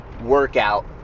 workout